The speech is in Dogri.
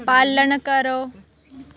पालन करो